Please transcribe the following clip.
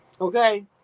Okay